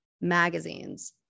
magazines